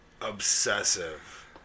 obsessive